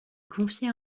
confier